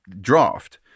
draft